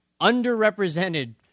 underrepresented